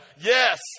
yes